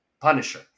punisher